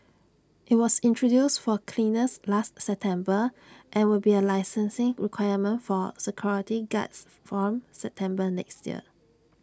IT was introduced for cleaners last September and will be A licensing requirement for security guards from September next year